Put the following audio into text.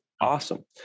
Awesome